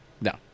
No